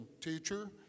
Teacher